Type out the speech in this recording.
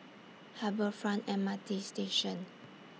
Harbour Front M R T Station